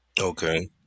Okay